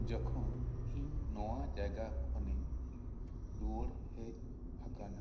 ᱡᱚᱠᱷᱚᱱ ᱤᱧ ᱱᱚᱣᱟ ᱡᱟᱭᱜᱟ ᱠᱷᱚᱱᱤᱧ ᱨᱩᱣᱟᱹᱲ ᱦᱮᱡ ᱟᱠᱟᱱᱟ